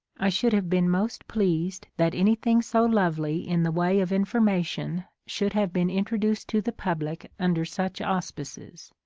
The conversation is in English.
i should have been most pleased that anything so lovely in the way of information should have been introduced to the public under such auspices.